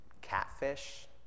catfish